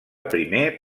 primer